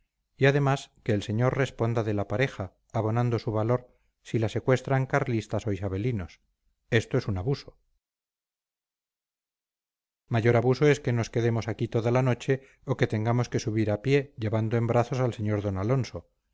y además que el señor responda de la pareja abonando su valor si la secuestran carlistas o isabelinos esto es un abuso mayor abuso es que nos quedemos aquí toda la noche o que tengamos que subir a pie llevando en brazos al sr d alonso